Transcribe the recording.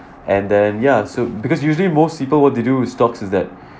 and then ya so because usually most people what they do with stocks is that